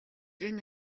энэ